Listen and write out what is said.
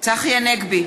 צחי הנגבי,